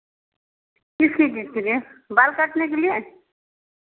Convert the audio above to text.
किसी चीज़ के लिए बाल काटने के लिए